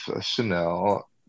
Chanel